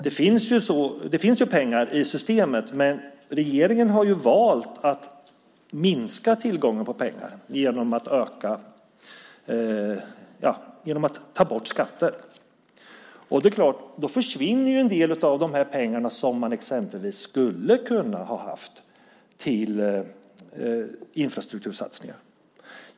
Det finns ju pengar i systemet, men regeringen har valt att minska tillgången på pengar genom att ta bort skatter. Och det är klart: Då försvinner ju en del av de pengar som man exempelvis skulle kunna ha haft till infrastruktursatsningar.